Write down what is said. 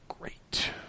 great